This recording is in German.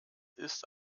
ist